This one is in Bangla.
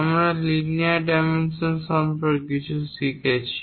আমরা লিনিয়ার ডাইমেনশন সম্পর্কে কিছু শিখেছি